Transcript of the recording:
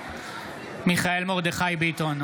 מיכאל מרדכי ביטון,